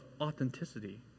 authenticity